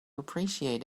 appreciate